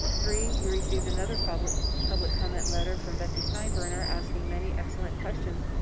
three, you received another public public comment letter from becky steinbrenner asking many excellent questions